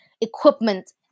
equipment